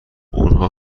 اونها